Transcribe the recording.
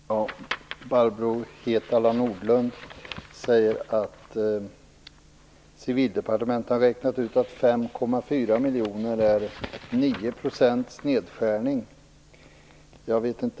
Herr talman! Barbro Hietala Nordlund säger att Civildepartementet har räknat ut att 5,4 miljoner kronor är en nedskärning på 9 %.